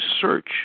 search